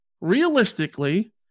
realistically